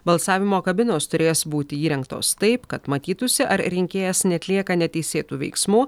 balsavimo kabinos turės būti įrengtos taip kad matytųsi ar rinkėjas neatlieka neteisėtų veiksmų